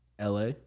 LA